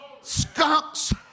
Skunks